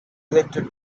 ejected